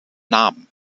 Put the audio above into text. namen